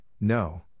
No